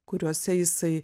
kuriuose jisai